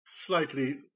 Slightly